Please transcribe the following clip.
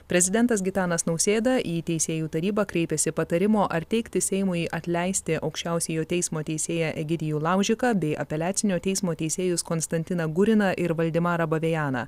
prezidentas gitanas nausėda į teisėjų tarybą kreipėsi patarimo ar teikti seimui atleisti aukščiausiojo teismo teisėją egidijų laužiką bei apeliacinio teismo teisėjus konstantiną guriną ir valdemarą bavejeną